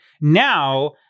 Now